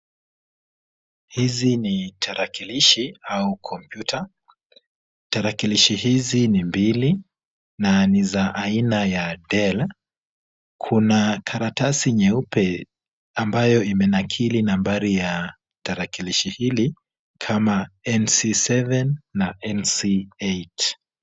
Hizi ni tarakilishi au kompyuta. Tarakilishi hizi ni mbili na ni za aina ya Dell. Kuna karatasi nyeupe ambayo imenakili nambari ya tarakilishi hili kama NC7 na NC8.